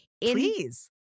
Please